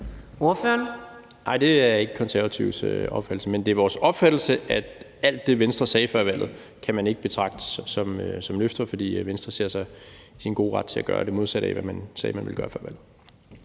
det er ikke Konservatives opfattelse. Men det er vores opfattelse, at alt det, Venstre sagde før valget, kan man ikke betragte som et løfte, fordi man i Venstre synes, man er i sin gode ret til at gøre det modsatte af, hvad man sagde man ville gøre før valget.